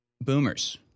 Boomers